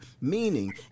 Meaning